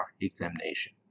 examination